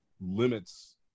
limits